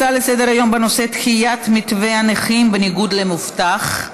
הצעות לסדר-היום בנושא: דחיית מתווה הנכים בניגוד למובטח,